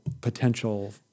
potential